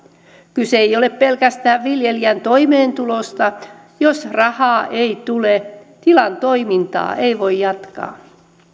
kyse ei ole pelkästään viljelijän toimeentulosta jos rahaa ei tule tilan toimintaa ei voi jatkaa